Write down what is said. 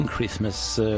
Christmas